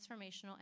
transformational